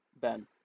Ben